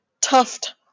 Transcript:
tuft